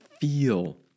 feel